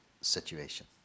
situation